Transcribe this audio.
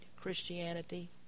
Christianity